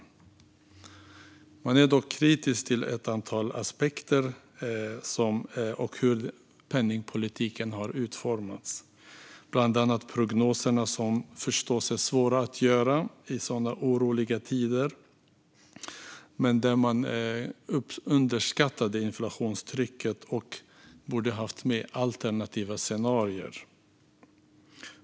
Utvärderarna är dock kritiska till ett antal aspekter och till hur penningpolitiken har utformats. Det gäller bland annat prognoserna, som förstås är svåra att göra i sådana oroliga tider; man underskattade inflationstrycket och borde ha haft med alternativa scenarier.